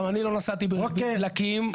גם אני לא נשאתי ברכבי דלקים.